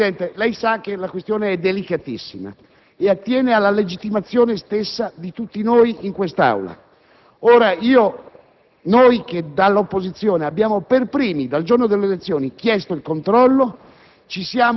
Lei sa, Presidente, che la questione è delicatissima e attiene alla legittimazione stessa di tutti noi in Aula. Noi che dall'opposizione abbiamo per primi, dal giorno delle elezioni, chiesto il controllo,